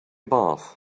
bath